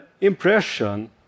impression